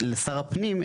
לשר הפנים,